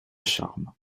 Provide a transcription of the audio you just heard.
charmes